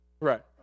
Right